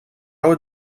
would